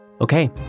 Okay